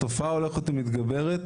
התופעה הולכת ומתגברת